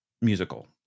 musical